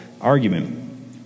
argument